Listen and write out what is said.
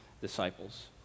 disciples